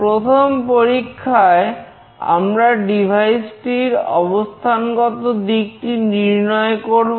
প্রথম পরীক্ষায় আমরা ডিভাইসটির অবস্থানগত দিকটি নির্ণয় করব